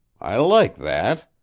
i like that.